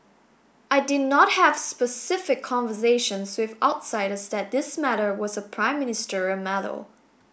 I did not have specific conversations with outsiders that this matter was a prime ministerial matter